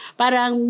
parang